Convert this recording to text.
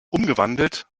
umgewandelt